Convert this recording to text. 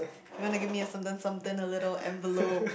you want to give me a certain something a little envelope